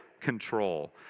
control